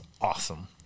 Awesome